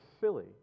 silly